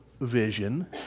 vision